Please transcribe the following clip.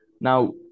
Now